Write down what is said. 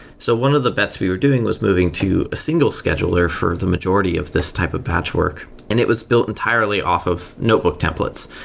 so one of the bets we were doing was moving to a single scheduler for the majority of this type of patch work, and it was built entirely off of notebook templates.